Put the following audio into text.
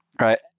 right